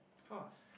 of course